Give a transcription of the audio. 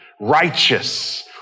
Righteous